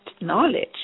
knowledge